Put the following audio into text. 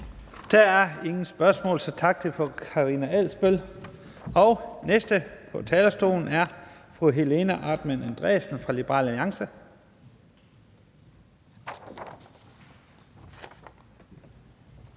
Der er ingen spørgsmål, så tak til fru Karina Adsbøl. Og den næste på talerstolen er fru Helena Artmann Andresen fra Liberal Alliance.